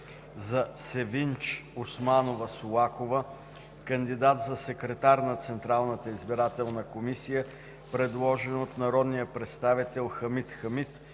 Севинч Османова Солакова – кандидат за секретар на Централната избирателна комисия, предложена от народния представител Хамид Хамид